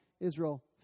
Israel